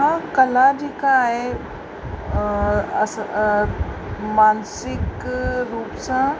कला जेका आहे अस मानसिक रुप सां